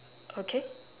okay